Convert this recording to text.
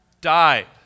Died